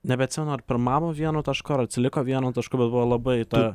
nebeatsimenu ar pirmavo vienu tašku ar atsiliko vienu tašku bet buvo labai ta